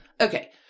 Okay